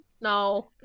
No